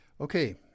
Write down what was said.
Okay